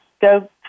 go